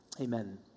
Amen